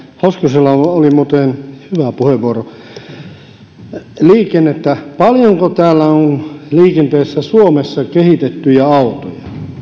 hoskosella oli muuten hyvä puheenvuoro paljonko täällä on liikenteessä suomessa kehitettyjä autoja